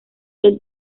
del